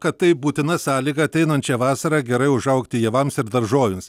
kad tai būtina sąlyga ateinančią vasarą gerai užaugti javams ir daržovėms